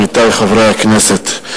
עמיתי חברי הכנסת,